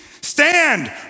stand